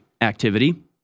activity